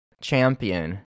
champion